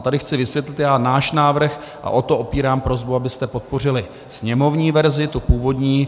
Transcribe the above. A tady chci vysvětlit náš návrh a o to opírám prosbu, abyste podpořili sněmovní verzi, tu původní.